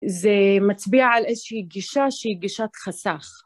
זה מצביע על איזושהי גישה שהיא גישת חסך.